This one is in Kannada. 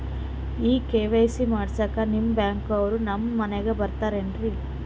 ಈ ಕೆ.ವೈ.ಸಿ ಮಾಡಸಕ್ಕ ನಿಮ ಬ್ಯಾಂಕ ಅವ್ರು ನಮ್ ಮನಿಗ ಬರತಾರೆನ್ರಿ?